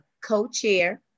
co-chair